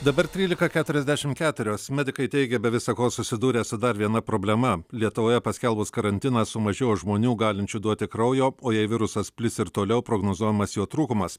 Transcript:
dabar trylika keturiasdešimt keturios medikai teigė be visa ko susidūrę su dar viena problema lietuvoje paskelbus karantiną sumažėjo žmonių galinčių duoti kraujo o jei virusas plis ir toliau prognozuojamas jo trūkumas